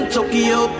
Tokyo